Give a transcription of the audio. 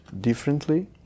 differently